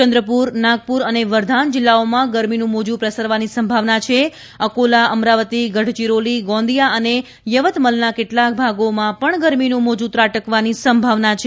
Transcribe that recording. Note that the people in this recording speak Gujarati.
ચંદ્રપુર નાગપુર અને વર્ધાન જિલ્લાઓમાં ગરમીનું મોજું પ્રસરવાની સંભાવના છે અકોલા અમરાવતી ગઢચિરોલી ગોંદીયા અને યવતમલના કેટલાક ભાગોમાં પણ ગરમીનું મોજૂ ત્રાટકવાની સંભાવના છે